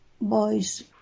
boys